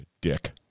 Dick